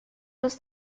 was